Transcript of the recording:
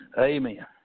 Amen